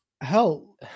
Hell